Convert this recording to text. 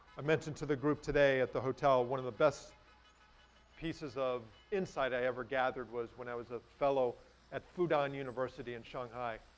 i mentioned to the group today, at the hotel, one of the best pieces of insight i ever gathered was when i was a fellow at fudan university in shanghai,